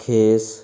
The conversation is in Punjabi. ਖੇਸ